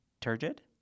turgid